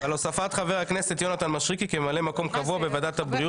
לחבר הכנסת אדלשטיין ולחברת הכנסת לימור סון הר מלך יש חוק